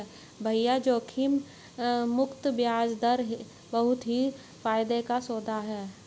भैया जोखिम मुक्त बयाज दर तो बहुत ही फायदे का सौदा है